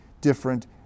different